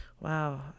Wow